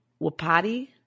wapati